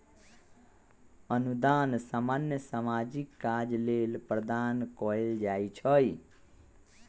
अनुदान सामान्य सामाजिक काज लेल प्रदान कएल जाइ छइ